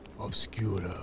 obscura